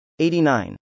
89